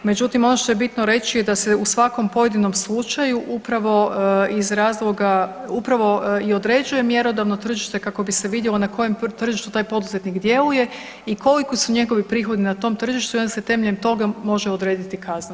Međutim, ono što je bitno reći je da se u svakom pojedinom slučaju upravo iz razloga, upravo i određuje mjerodavno tijelo tržište kako bi se vidjelo na kojem tržištu taj poduzetnik djeluje i koliki su njegovi prihodi na tom tržištu i onda se temeljem toga može odrediti kazna.